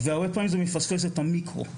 והרבה פעמים זה מפספס את המיקרו.